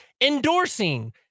endorsing